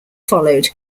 followed